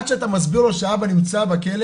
עד שאתה מסביר לו שאבא נמצא בכלא